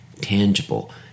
tangible